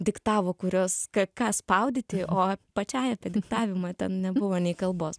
diktavo kuriuos ką ką spaudyti o pačiai apie diktavimą ten nebuvo nei kalbos